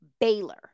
Baylor